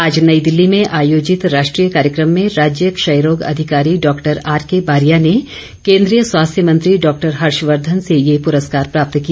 आज नई दिल्ली में आयोजित राष्ट्रीय कार्यक्रम में राज्य क्षयरोग अधिकारी डॉक्टर आके बारिया ने केन्द्रीय स्वास्थ्य मंत्री डॉक्टर हर्षवर्धन से ये पुरस्कार प्राप्त किया